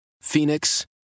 phoenix